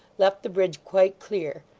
left the bridge quite clear,